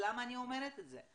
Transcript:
למה אני אומרת את זה?